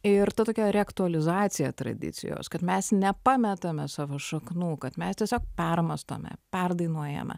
ir tokia reaktualizacija tradicijos kad mes nepametame savo šaknų kad mes tiesiog permąstome perdainuojame